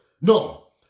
No